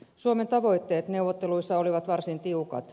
suomen tavoitteet neuvotteluissa olivat varsin tiukat